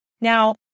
Now